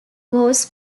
was